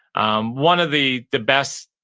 um one of the the best,